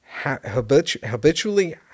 habitually